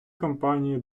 компанії